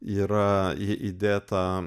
yra į įdėta